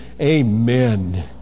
Amen